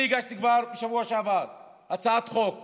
אני הגשתי כבר בשבוע שעבר הצעת חוק